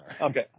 Okay